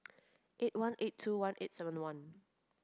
eight one eight two one eight seven one